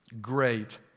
Great